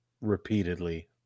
Repeatedly